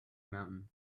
mountain